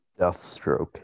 Deathstroke